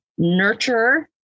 nurturer